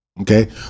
Okay